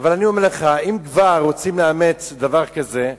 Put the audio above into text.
אבל אני אומר לך, אם כבר רוצים לאמץ דבר כזה,